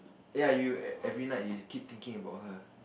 ya you every night you keep thinking about her